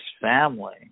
family